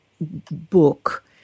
book